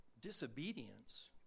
disobedience